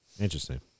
Interesting